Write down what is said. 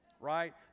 right